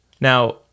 Now